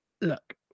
look